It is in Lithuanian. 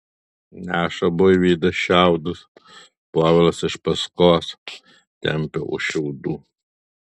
neša buivydas šiaudus povilas iš paskos tempia už šiaudų